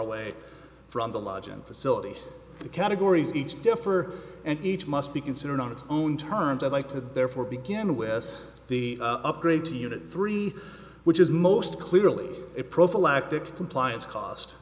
away from the lodge and facility categories each differ and each must be considered on its own terms i'd like to therefore begin with the upgrade to unit three which is most clearly a prophylactic compliance cost